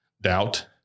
doubt